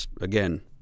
again